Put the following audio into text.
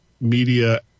media